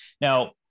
Now